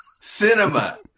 Cinema